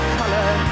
color